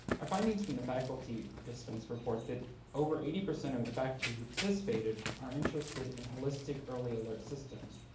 our findings from the faculty participants report that over eighty percent of of the faculty who participated are interested in holistic early alert systems.